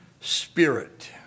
spirit